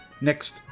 Next